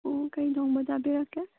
ꯑꯣ ꯀꯔꯤ ꯊꯣꯡꯕ ꯆꯥꯕꯤꯔꯛꯀꯦ